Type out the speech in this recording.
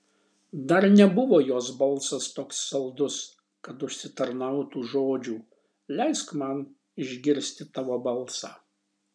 dar nebuvo jos balsas toks saldus kad užsitarnautų žodžių leisk man išgirsti tavo balsą